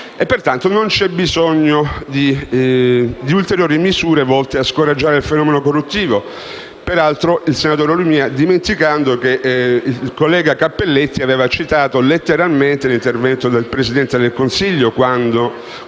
pertanto non c'è bisogno di ulteriori misure volte a scoraggiare il fenomeno corruttivo. Peraltro, il senatore Lumia ha dimenticato che il collega Cappelletti aveva citato letteralmente l'intervento del Presidente del Consiglio quando